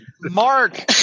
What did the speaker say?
Mark